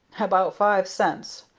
about five cents,